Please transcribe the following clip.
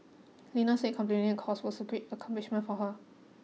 Lena said completing the course was a great accomplishment for her